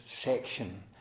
section